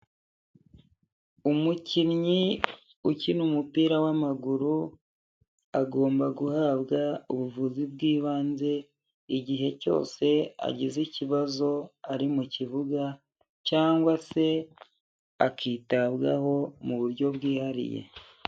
Umukinnyi ukina umupira w'amaguru agomba guhabwa ubuvuzi bw'ibanze igihe cyose agize ikibazo ari mu kibuga, cyangwa se akitabwaho mu buryo bwihariye.